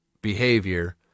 behavior